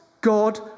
God